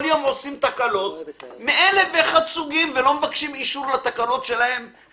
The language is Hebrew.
כל יום עושים תקלות מאלף ואחד סוגים ולא מבקשים אישור לתקלות שלהם